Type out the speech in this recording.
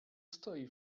stoi